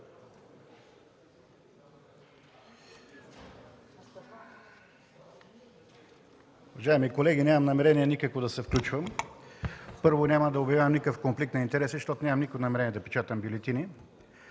Уважаеми колеги, нямам никакво намерение да се включвам. Първо, няма да обявявам конфликт на интереси, защото нямам никакво намерение да печатам бюлетини.